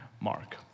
Mark